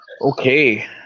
Okay